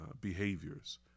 behaviors